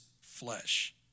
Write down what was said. flesh